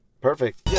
Perfect